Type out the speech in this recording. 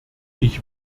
ich